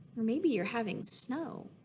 or maybe you're having snow.